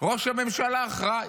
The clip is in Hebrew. ראש הממשלה אחראי,